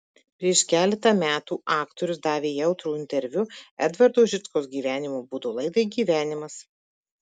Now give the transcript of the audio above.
prieš keletą metų aktorius davė jautrų interviu edvardo žičkaus gyvenimo būdo laidai gyvenimas